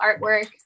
artwork